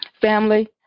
Family